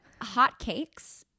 Hotcakes